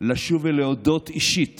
לשוב ולהודות אישית